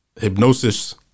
hypnosis